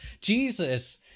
jesus